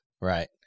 Right